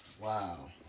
Wow